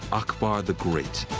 akbar the great.